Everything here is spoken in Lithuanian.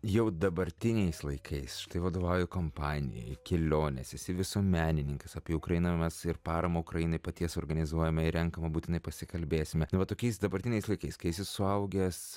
jau dabartiniais laikais štai vadovauji kompanijai kelionės esi visuomenininkas apie ukrainą mes ir paramą ukrainai paties organizuojame ir renkamą būtinai pasikalbėsime na va tokiais dabartiniais laikais kai esi suaugęs